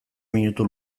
minutu